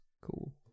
cool